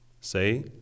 Say